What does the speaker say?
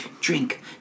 Drink